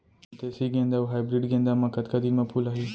देसी गेंदा अऊ हाइब्रिड गेंदा म कतका दिन म फूल आही?